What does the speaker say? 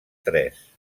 tres